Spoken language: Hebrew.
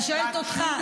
אני שואלת אותך,